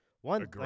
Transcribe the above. one